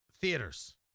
theaters